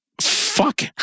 Fuck